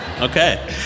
okay